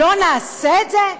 לא נעשה את זה?